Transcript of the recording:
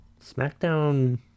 SmackDown